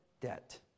debt